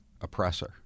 oppressor